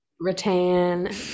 rattan